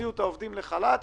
הוציאו את העובדים לחל"ת.